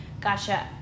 Gotcha